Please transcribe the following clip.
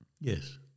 Yes